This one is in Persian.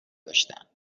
داشتم